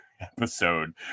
episode